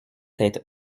tête